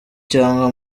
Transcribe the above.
cyangwa